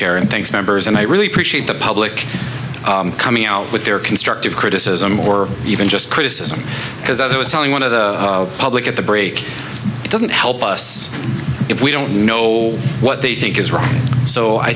and thanks members and i really appreciate the public coming out with their constructive criticism or even just criticism because as i was telling one of the public at the break it doesn't help us if we don't know what they think is wrong so i